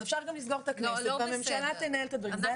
אז אפשר גם לסגור את הכנסת והממשלה תנהל את הדברים,